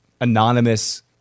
anonymous